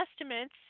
estimates